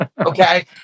okay